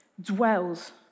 dwells